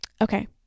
okay